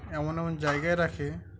এমন এমন জায়গায় রাখে